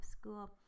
school